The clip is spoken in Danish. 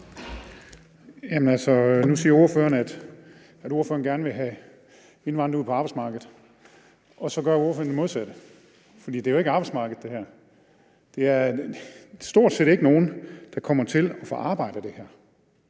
Nu siger ordføreren, at ordføreren gerne vil have indvandrere ud på arbejdsmarkedet, og så gør ordføreren det modsatte. For det her er jo ikke arbejdsmarkedet; der er stort set ikke nogen, der kommer til at få et arbejde af det her.